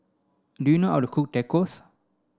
do you know how to cook Tacos